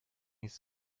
these